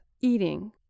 eating